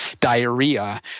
diarrhea